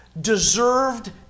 deserved